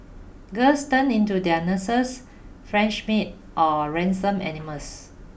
girls turn into their nurses French maid or ransom animals